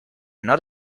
not